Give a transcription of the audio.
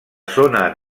zona